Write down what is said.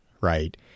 right